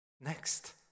next